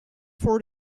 for